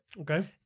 okay